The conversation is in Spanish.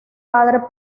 padre